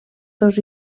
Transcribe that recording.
dos